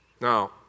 Now